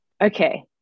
Okay